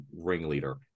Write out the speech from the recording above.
ringleader